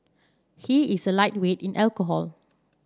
he is a lightweight in alcohol